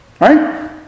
Right